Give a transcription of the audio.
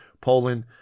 Poland